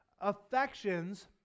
affections